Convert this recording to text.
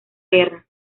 guerra